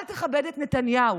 אל תכבד את נתניהו,